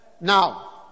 now